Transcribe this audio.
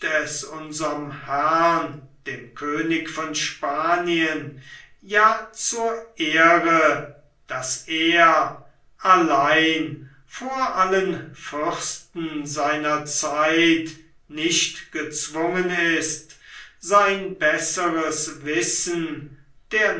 es unserm herrn dem könig von spanien ja zur ehre daß er allein vor allen fürsten seiner zeit nicht gezwungen ist sein besseres wissen der